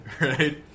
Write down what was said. Right